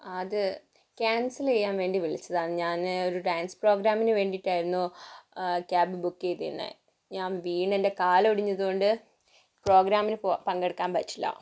അത് ക്യാൻസൽ ചെയ്യാൻ വേണ്ടി വിളിച്ചതാണ് ഞാൻ ഒരു ഡാൻസ് പ്രോഗ്രാമിനു വേണ്ടിയിട്ടായിരുന്നു ക്യാബ് ബുക്ക് ചെയ്തിരുന്നത് ഞാൻ വീണ് എൻ്റെ കാലൊടിഞ്ഞതുകൊണ്ട് പ്രോഗ്രാമിന് പങ്കെടുക്കാൻ പറ്റില്ല